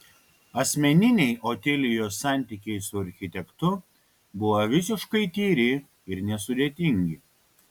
asmeniniai otilijos santykiai su architektu buvo visiškai tyri ir nesudėtingi